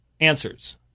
Answers